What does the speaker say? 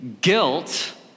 guilt